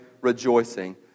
rejoicing